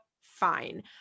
fine